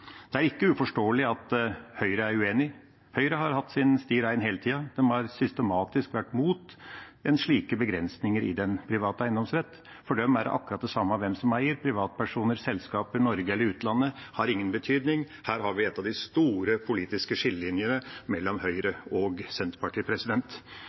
Det er ikke uforståelig at Høyre er uenig. Høyre har holdt sin sti ren hele tiden; de har systematisk vært mot slike begrensninger i den private eiendomsretten. For dem er det akkurat det samme hvem som eier, om det er privatpersoner eller selskaper, i Norge eller utlandet, det har ingen betydning. Her har vi en av de store politiske skillelinjene mellom